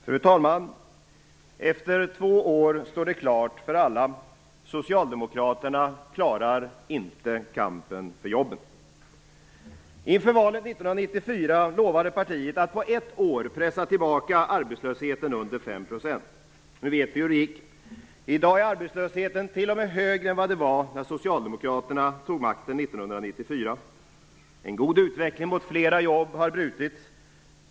Fru talman! Efter två år står det klart för alla: Socialdemokraterna klarar inte kampen för jobben. Inför valet 1994 lovade partiet att på ett år pressa tillbaka arbetslösheten under 5 %. Nu vet vi hur det gick. I dag är arbetslösheten t.o.m. högre än vad den var när Socialdemokraterna tog makten 1994. En god utveckling mot flera jobb har brutits.